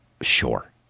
Sure